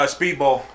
Speedball